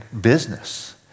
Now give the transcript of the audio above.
business